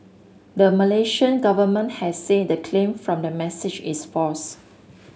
the Malaysian government has said the claim from the message is false